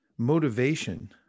motivation